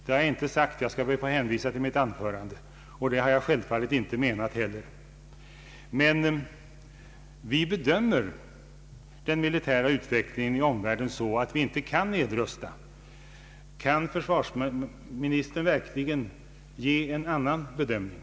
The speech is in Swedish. Det har jag inte sagt och självfallet inte heller menat. Jag ber att få hänvisa till mitt tidigare anförande. Vi bedömer emellertid den militära utvecklingen i omvärlden så att vi inte kan nedrusta. Kan försvarsministern verkligen göra en annan bedömning?